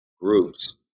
groups